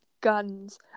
guns